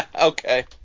Okay